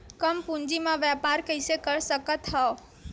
कम पूंजी म व्यापार कइसे कर सकत हव?